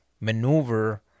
maneuver